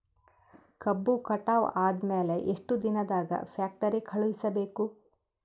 ಕಬ್ಬು ಕಟಾವ ಆದ ಮ್ಯಾಲೆ ಎಷ್ಟು ದಿನದಾಗ ಫ್ಯಾಕ್ಟರಿ ಕಳುಹಿಸಬೇಕು?